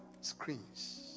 screens